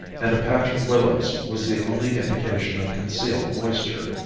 and a patch of willows was the only indication of concealed moisture.